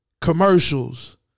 commercials